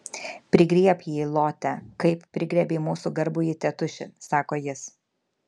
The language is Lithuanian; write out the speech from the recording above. prigriebk jį lote kaip prigriebei mūsų garbųjį tėtušį sako jis